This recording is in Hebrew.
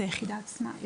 זו יחידה בפני עצמה.